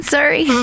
Sorry